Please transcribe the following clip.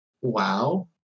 WoW